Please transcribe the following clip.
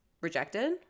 rejected